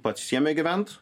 pats jame gyvent